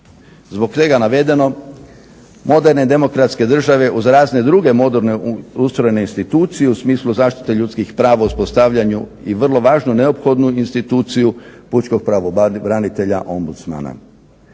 Zbog svega navedenog moderne demokratske države, uz razne druge moderne ustrojene institucije u smislu zaštite ljudskih prava u uspostavljanju i vrlo važnu neophodnu instituciju pučkog pravobranitelja ombudsmana